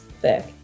thick